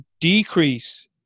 decrease